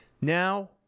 Now